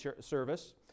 service